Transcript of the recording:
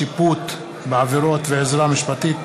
שיפוט בעבירות ועזרה משפטית),